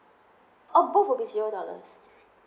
oh both will be zero dollars